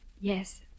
Yes